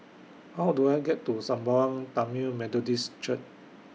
How Do I get to Sembawang Tamil Methodist Church